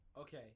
Okay